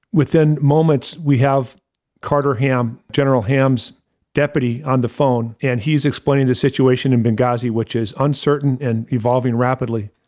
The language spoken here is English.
within moments, we have carter ham, general ham's deputy on the phone, and he's explaining the situation and in gaza, which is uncertain and evolving rapidly.